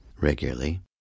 regularly